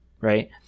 right